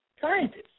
scientists